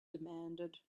demanded